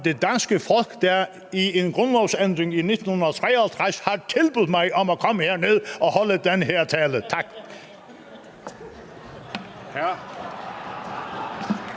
det danske folk, der i en grundlovsændring i 1953 har tilbudt mig at komme herned og holde den her tale. Tak.